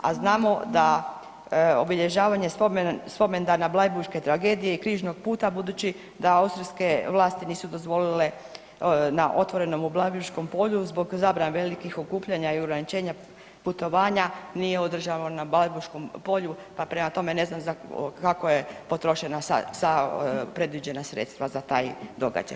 A znamo da obilježavanje spomendana bleiburške tragedije i Križnog puta, budući da austrijske vlasti nisu dozvolile na otvorenom na Bleiburškom polju zbog zabrane velikih okupljanja i ograničenja putovanja, nije održalo na Bleiburškom polju, pa prema tome ne znam kako je potrošena sva predviđena sredstva za taj događaj.